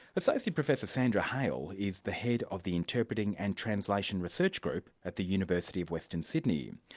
associate professor sandra hale is the head of the interpreting and translation research group at the university of western sydney.